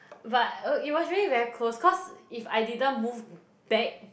but oh it was really very close cause if I didn't move back